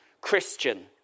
Christian